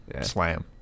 Slam